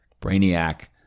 brainiac